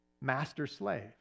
master-slave